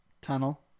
tunnel